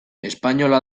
espainola